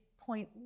point